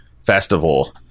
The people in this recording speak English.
Festival